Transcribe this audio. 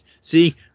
See